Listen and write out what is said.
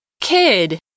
kid